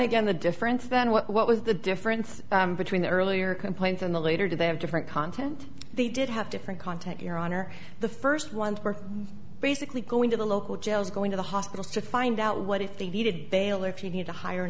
get the difference then what was the difference between the earlier complaints and the later did they have different content they did have different content your honor the first ones were basically going to the local jails going to the hospitals to find out what if they needed bail or if you need to hire an